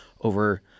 over